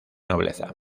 nobleza